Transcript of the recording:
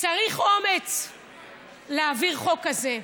צריך אומץ להעביר חוק כזה,